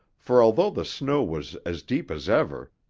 for although the snow was as deep as ever,